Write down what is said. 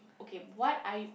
okay what are you